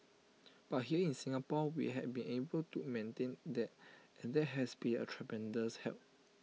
but here in Singapore we have been able to maintain that and that has been A tremendous help